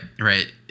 right